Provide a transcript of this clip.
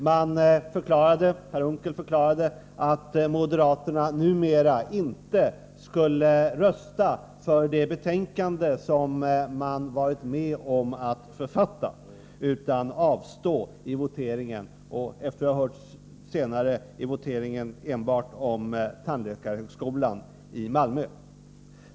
Per Unckel förklarade att moderataterna numera inte skulle rösta för det betänkade som de har varit med om att författa utan kommer att avstå i voteringen — och efter vad jag har hört enbart i voteringen om tandläkarhögskolan i Malmö.